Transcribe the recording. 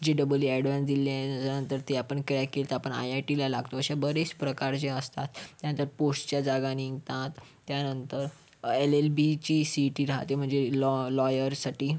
जे double E advance दिल्यानंतर ती आपण क्रॅक केलीतर आपण आई आई टीला लागतो अशा बरेच प्रकारच्या असतात त्यानंतर पोस्टच्या जागा निघतात त्यानंतर एल एल बीची सी ई टी राहते म्हणजे लॉ लॉयरसाठी